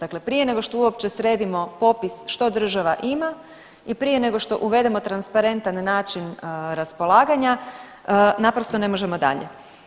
Dakle, prije nego što uopće sredimo popis što država ima i prije nego što uvedemo transparentan način raspolaganja naprosto ne možemo dalje.